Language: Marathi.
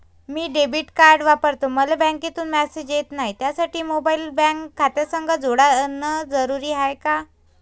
मी डेबिट कार्ड वापरतो मले बँकेतून मॅसेज येत नाही, त्यासाठी मोबाईल बँक खात्यासंग जोडनं जरुरी हाय का?